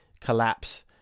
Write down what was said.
collapse